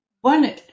one